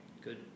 Good